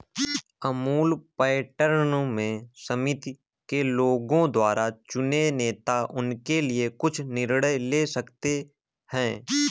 Amul pattern में समिति के लोगों द्वारा चुने नेता उनके लिए कुछ निर्णय ले सकते हैं